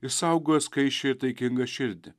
išsaugoję skaisčią ir taikingą širdį